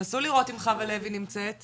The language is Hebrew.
ילדים חסרי ישע שלמעשה מנצלים אותם.